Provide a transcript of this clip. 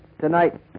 tonight